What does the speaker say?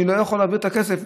אני לא יכול להעביר את הכסף.